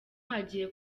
hagiye